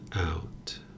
out